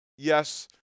Yes